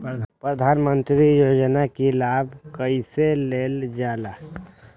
प्रधानमंत्री योजना कि लाभ कइसे लेलजाला?